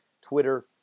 Twitter